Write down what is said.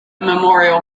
memorial